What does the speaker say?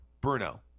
Bruno